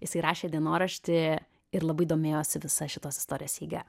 jisai rašė dienoraštį ir labai domėjosi visa šita istorijos eiga